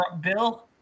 Bill